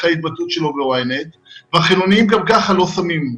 אחרי ההתבטאות שלו ב-ynet והחילוניים גם ככה לא שמים.